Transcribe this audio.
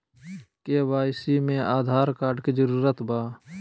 KYC में Aadhaar card के जरूरत बा?